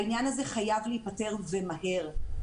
העניין הזה חייב להיפתר ומהר.